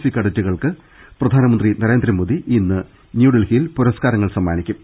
C കേഡറ്റുകൾക്ക് പ്രധാനമന്ത്രി നരേന്ദ്രമോദി ഇന്ന് ന്യൂഡൽഹിയിൽ പുരസ്കാരങ്ങൾ സമ്മാനിക്കും